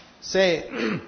say